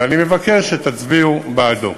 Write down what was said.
ואני מבקש שתצביעו בעדו.